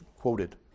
quoted